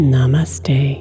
Namaste